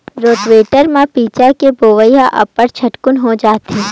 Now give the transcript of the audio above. rotavator म बीजा के बोवई ह अब्बड़ झटकुन हो जाथे